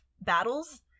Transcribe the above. battles